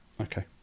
Okay